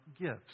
gifts